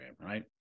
right